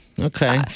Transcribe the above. okay